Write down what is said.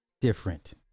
different